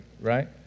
right